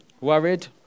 Worried